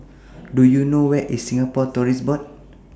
Do YOU know Where IS Singapore Tourism Board